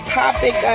topic